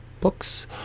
books